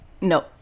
No